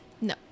No